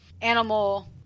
animal